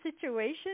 situation